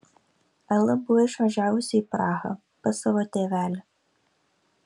ela buvo išvažiavusi į prahą pas savo tėvelį